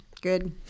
good